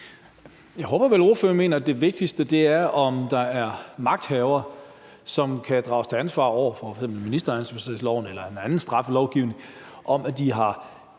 Jeg håber, at ordføreren mener, at det vigtigste vel er, at hvis der er magthavere, som kan drages til ansvar ifølge f.eks. ministeransvarlighedsloven eller en anden straffelovgivning, hvad enten